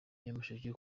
nyamasheke